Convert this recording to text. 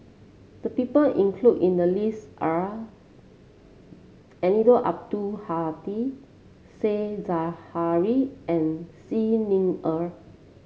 the people include in the list are Eddino Abdul Hadi Said Zahari and Xi Ni Er